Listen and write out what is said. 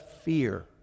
fear